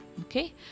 Okay